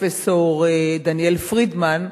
פרופסור דניאל פרידמן,